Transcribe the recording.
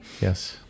Yes